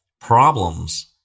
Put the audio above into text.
problems